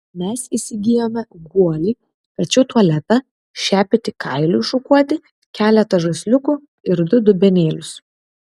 mes įsigijome guolį kačių tualetą šepetį kailiui šukuoti keletą žaisliukų ir du dubenėlius